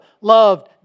loved